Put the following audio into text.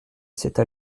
cette